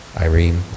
Irene